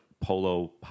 polo